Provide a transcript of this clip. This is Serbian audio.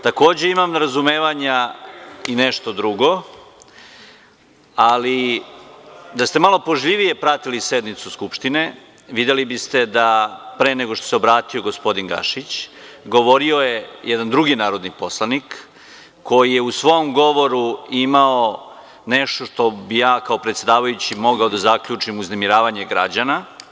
Takođe imam razumevanja i nešto drugo, ali da ste malo pažljivije pratili sednicu Skupštine videli biste da pre nego što se obratio gospodin Gašić, govorio je jedan drugi narodni poslanik, koji je u svom govoru imao nešto što bi ja kao predsedavajući mogao da zaključim, uznemiravanje građana.